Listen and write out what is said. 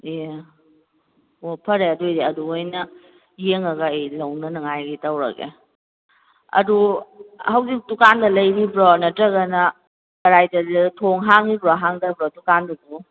ꯑꯦ ꯑꯣ ꯐꯔꯦ ꯑꯗꯣꯏꯗꯤ ꯑꯗꯨ ꯑꯣꯏꯅ ꯌꯦꯡꯉꯒ ꯑꯩ ꯂꯩꯅꯅꯉꯥꯏꯒꯤ ꯇꯧꯔꯒꯦ ꯑꯗꯨ ꯍꯧꯖꯤꯛ ꯗꯨꯀꯥꯟꯗ ꯂꯩꯔꯤꯕ꯭ꯔꯣ ꯅꯠꯇ꯭ꯔꯒꯅ ꯀꯗꯥꯏꯗ ꯊꯣꯡ ꯍꯥꯡꯉꯤꯕ꯭ꯔꯣ ꯍꯥꯡꯗꯕ꯭ꯔꯣ ꯗꯨꯀꯥꯟꯗꯨꯕꯨ